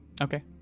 okay